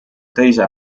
teise